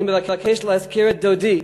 אני מבקש להזכיר את דודי,